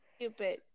Stupid